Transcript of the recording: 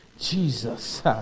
Jesus